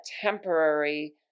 temporary